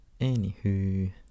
Anywho